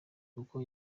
kuko